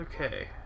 Okay